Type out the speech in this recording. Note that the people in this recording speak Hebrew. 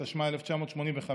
התשמ"ה 1985,